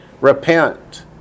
Repent